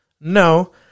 No